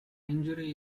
injury